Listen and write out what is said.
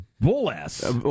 bull-ass